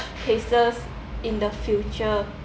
cases in the future